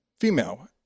female